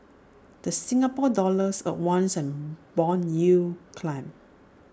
the Singapore dollar advanced and Bond yields climbed